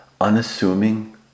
unassuming